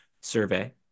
survey